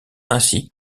ainsi